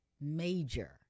major